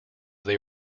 they